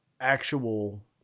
actual